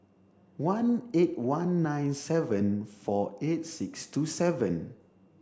one eight one nine seven four eight six two seven